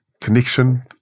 connection